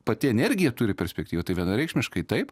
pati energija turi perspektyvą tai vienareikšmiškai taip